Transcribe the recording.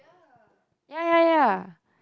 yeah yeah yeah